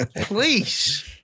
Please